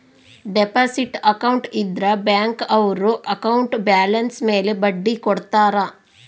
deposit account ಇದ್ರ bank ಅವ್ರು account balance ಮೇಲೆ ಬಡ್ಡಿ ಕೊಡ್ತಾರ